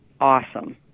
awesome